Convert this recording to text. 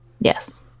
Yes